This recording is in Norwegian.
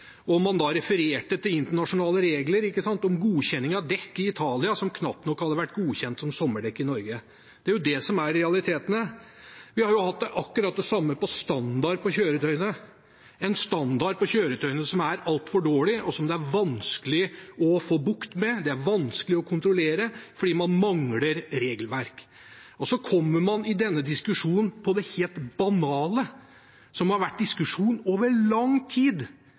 om dekk og kvaliteten på dekk, der man refererte til internasjonale regler om godkjenning av dekk i Italia som knapt nok hadde vært godkjent som sommerdekk i Norge. Det er det som er realitetene. Vi har hatt akkurat det samme når det gjelder standard på kjøretøyene – en standard på kjøretøyene som er altfor dårlig, som det er vanskelig å få bukt med, og som det er vanskelig å kontrollere fordi man mangler regelverk. Så kommer man i denne diskusjonen inn på det helt banale, som har vært diskutert over lang tid,